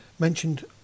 Mentioned